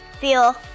feel